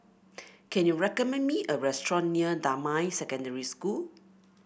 can you recommend me a restaurant near Damai Secondary School